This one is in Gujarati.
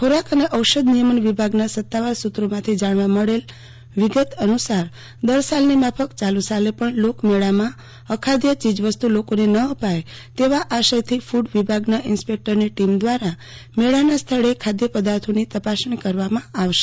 ખોરાક અને ઔષધ નિયમન વિભાગના સતાવાર સુત્રોમાંથી જાણવા મળેલી વિગત અનુસાર દર સાલની માફક ચાલ સાલે પણ લોકમેળામાં અખાધ્ય ચીજવસ્તુ લોકોને ન અપાય તેવા આશયથી ફડ વિભાગના ઇન્સ્પેકટરોની ટીમ દ્વારા મેળાના સ્થળે ખાધ્યપદાર્થોની તપાસણી કરવામાં આવશે